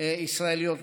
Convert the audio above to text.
ישראליות נוספות.